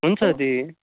हुन्छ दी